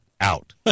out